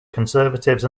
conservatives